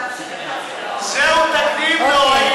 זהו תקדים נוראי,